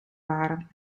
waren